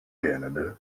canada